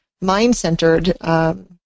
mind-centered